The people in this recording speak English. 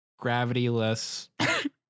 gravityless